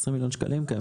20 מיליון שקלים קיימים.